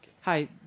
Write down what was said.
Hi